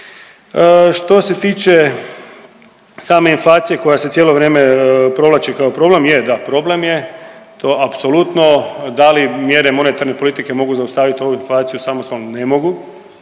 Što se tiče same inflacije koja se cijelo vrijeme provlači kao problem, je da problem je to apsolutno. Da li mjere monetarne politike mogu zaustaviti ovu inflaciju samostalno? Ne mogu,